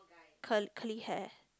cur~ curly hair